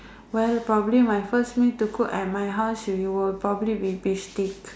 well probably my first meal to cook at my house you will probably be beef steak